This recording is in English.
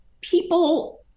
People